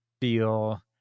feel